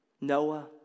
Noah